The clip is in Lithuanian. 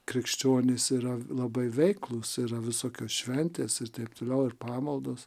krikščionys yra labai veiklūs yra visokios šventės ir taip toliau ir pamaldos